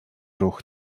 ruch